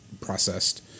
processed